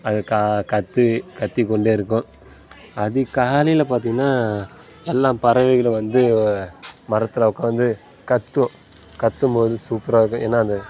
அது கா கத்தி கத்திக்கொண்டே இருக்கும் அதிகாலையில் பார்த்திங்கன்னா எல்லா பறவைகளும் வந்து மரத்தில உட்காந்து கத்தும் கத்தும்போது சூப்பராக இருக்கும் ஏன்னா அந்த